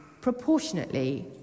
Proportionately